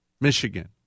Michigan